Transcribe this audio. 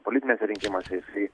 politiniuose rinkimuose jisai